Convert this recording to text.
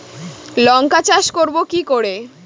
লঙ্কা চাষ করব কি করে?